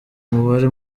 umubare